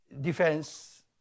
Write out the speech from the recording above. defense